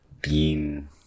Bean